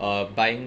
uh buying